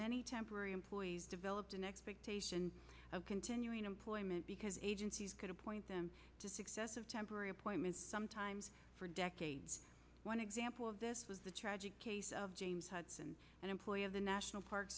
many temporary employees developed an expectation of continuing employment because agencies could appoint them to successive temporary appointments sometimes for decades one example of this was the tragic case of james hudson an employee of the national park